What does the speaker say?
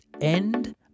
end